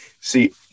see